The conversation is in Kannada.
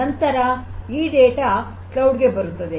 ನಂತರ ಈ ಡೇಟಾ ಕ್ಲೌಡ್ ಗೆ ಬರುತ್ತದೆ